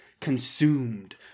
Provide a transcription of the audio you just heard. consumed